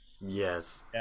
Yes